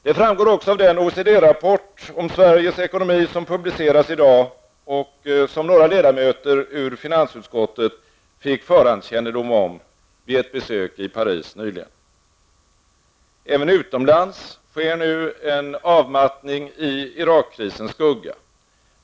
Det framgår också av den OECD rapport om Sveriges ekonomi som publiceras i dag och som några ledamöter ur finansutskottet fick förhandskännedom om vid ett besök i Paris nyligen. Även utomlands sker nu en avmattning i Irakkrisens skugga.